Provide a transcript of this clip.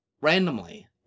randomly